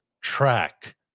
track